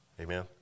Amen